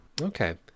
okay